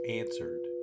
answered